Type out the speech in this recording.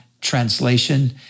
translation